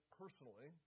personally